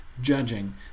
judging